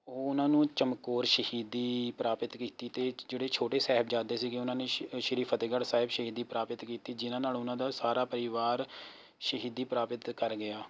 ਉਹ ਉਹਨਾਂ ਨੂੰ ਚਮਕੌਰ ਸ਼ਹੀਦੀ ਪ੍ਰਾਪਤ ਕੀਤੀ ਅਤੇ ਜਿਹੜੇ ਛੋਟੇ ਸਾਹਿਬਜ਼ਾਦੇ ਸੀਗੇ ਉਹਨਾਂ ਨੇ ਸ਼ੀ ਅ ਸ਼੍ਰੀ ਫਤਿਹਗੜ੍ਹ ਸਾਹਿਬ ਸ਼ਹੀਦੀ ਪ੍ਰਾਪਤ ਕੀਤੀ ਜਿਹਨਾਂ ਨਾਲ ਉਹਨਾਂ ਦਾ ਸਾਰਾ ਪਰਿਵਾਰ ਸ਼ਹੀਦੀ ਪ੍ਰਾਪਤ ਕਰ ਗਿਆ